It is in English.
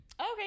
Okay